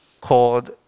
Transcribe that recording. called